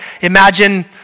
Imagine